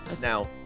Now